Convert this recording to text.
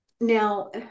Now